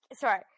Sorry